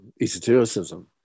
esotericism